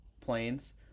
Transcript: planes